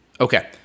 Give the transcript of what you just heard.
Okay